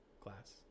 class